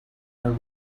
are